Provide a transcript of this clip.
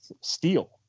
steel